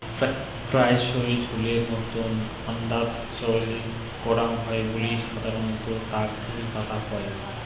প্রায়শই ঝোলের মতন আন্দাত চইল করাং হই বুলি সাধারণত তাক কারি পাতা কয়